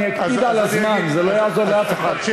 אני אקפיד על הזמן, זה לא יעזור לאף אחד.